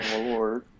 Lord